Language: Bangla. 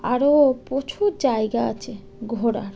আরও প্রচুর জায়গা আছে ঘোরার